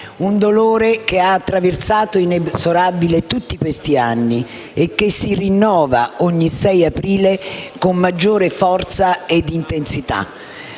un dolore che ha attraversato inesorabile tutti questi anni e che si rinnova ogni 6 aprile con maggiore forza e intensità,